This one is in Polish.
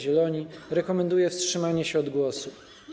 Zieloni rekomenduję wstrzymanie się od głosu.